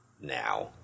now